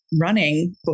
running